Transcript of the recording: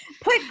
put